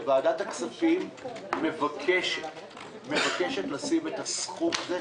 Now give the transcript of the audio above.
שוועדת הכספים מבקשת לשים את הסכום הזה.